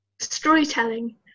storytelling